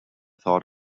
thought